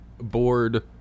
bored